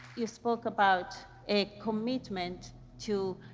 you spoke about a commitment to